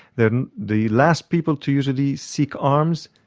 they're the last people to usually seek arms.